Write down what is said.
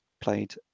played